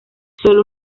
sólo